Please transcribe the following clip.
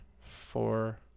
four